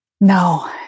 No